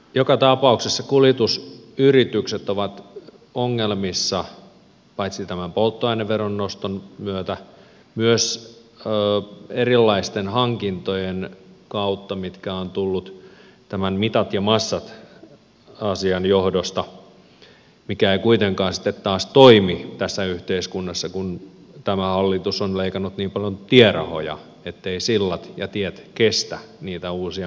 joka tapauksessa kuljetusyritykset ovat ongelmissa paitsi tämän polttoaineveron noston myötä myös erilaisten hankintojen kautta mitkä ovat tulleet tämän mitat ja massat asian johdosta mikä ei kuitenkaan sitten taas toimi tässä yhteiskunnassa kun tämä hallitus on leikannut niin paljon tierahoja etteivät sillat ja tiet kestä niitä uusia mittoja ja massoja